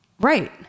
right